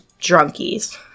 drunkies